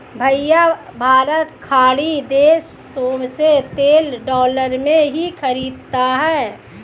भैया भारत खाड़ी देशों से तेल डॉलर में ही खरीदता है